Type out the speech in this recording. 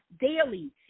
daily